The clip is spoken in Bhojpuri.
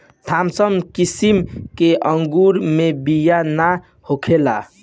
थामसन किसिम के अंगूर मे बिया ना होखेला